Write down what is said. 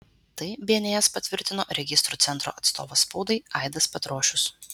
tai bns patvirtino registrų centro atstovas spaudai aidas petrošius